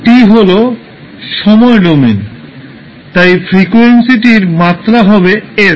t হল সময় domain তাই ফ্রিকোয়েন্সিটির মাত্রা হবে s